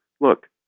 look